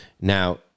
Now